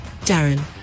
Darren